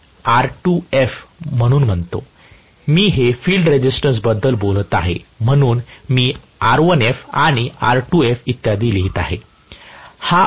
मी या field resistance बद्दल बोलत आहे म्हणून मी R1f आणि R2f इत्यादी लिहित आहे